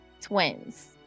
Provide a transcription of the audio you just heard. twins